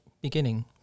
beginning